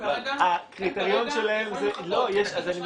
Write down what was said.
הם כרגע יכולים לחכות --- לא,